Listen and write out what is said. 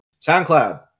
soundcloud